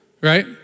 right